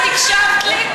את הקשבת לי?